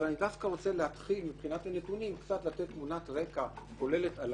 אבל אני דווקא רוצה להתחיל מתמונת רקע כוללת.